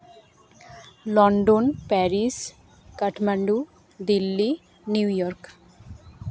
London Paris Kathmandu Delhi New York